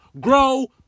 grow